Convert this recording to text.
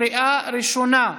בקריאה ראשונה.